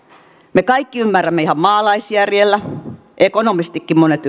me kaikki ymmärrämme ihan maalaisjärjellä ekonomistitkin monet